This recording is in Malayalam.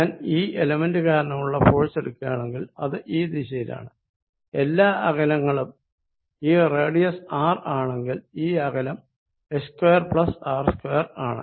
ഞാൻ ഈ എലമെന്റ് കാരണമുള്ള ഫോഴ്സ് എടുക്കുകയാണെങ്കിൽ അത് ഈ ദിശയിലാണ് എല്ലാ അകലങ്ങളും ഈ റേഡിയസ് R ആണെങ്കിൽ ഈ അകലം h2R2 ആണ്